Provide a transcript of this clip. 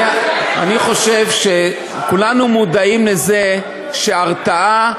אני חושב שכולנו מודעים לזה שהרתעה,